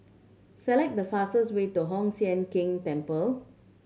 select the fastest way to Hoon Sian Keng Temple